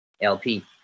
LP